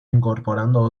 incorporando